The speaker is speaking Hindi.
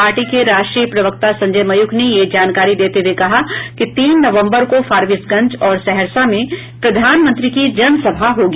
पार्टी के राष्ट्रीय प्रवक्ता संजय मयूख ने यह जानकारी देते हुए कहा कि तीन नवम्बर को फारबिसगंज और सहरसा में प्रधानमंत्री की जनसभा होगी